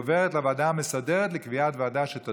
לוועדה שתקבע הוועדה המסדרת נתקבלה.